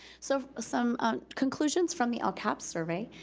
so some conclusions from the lcap survey.